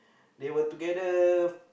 they were together